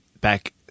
back